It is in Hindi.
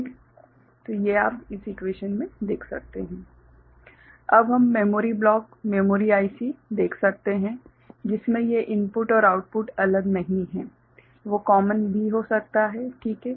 WRCSWCSR RDCSRCSW अब हम मेमोरी ब्लॉक मेमोरी आईसी देख सकते हैं जिसमें ये इनपुट और आउटपुट अलग नहीं हैं वो कॉमन भी हो सकता है ठीक है